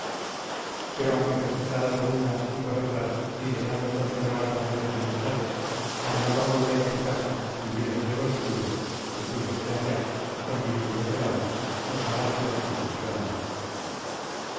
pero aunque festejada por unas y por otras y deseando conservar tan buenas amistades anhelaba volver a su casa vivir entre los suyos que suyos eran ya con vínculos del alma los arratias chicos y grandes